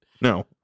no